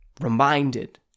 reminded